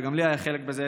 וגם לי היה חלק בזה,